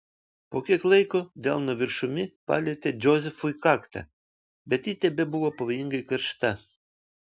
po kiek laiko delno viršumi palietė džozefui kaktą bet ji tebebuvo pavojingai karšta